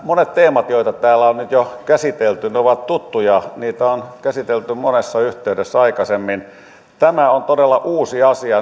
monet teemat joita täällä on nyt jo käsitelty ovat tuttuja niitä on käsitelty monessa yhteydessä aikaisemmin tämä pakolaiskysymys on nyt todella uusi asia